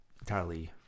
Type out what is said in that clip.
entirely